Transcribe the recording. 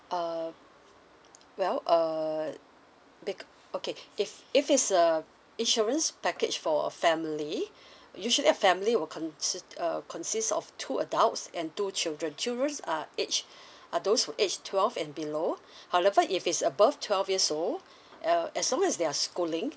uh well uh bec~ okay if if it's a insurance package for a family usually a family will consists uh consists of two adults and two children children are age are those who age twelve and below however if it's above twelve years old uh as long as they are schooling